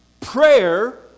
Prayer